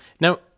Now